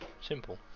Simple